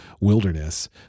wilderness